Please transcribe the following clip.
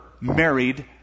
married